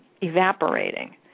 evaporating